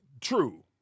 true